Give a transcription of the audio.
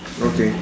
okay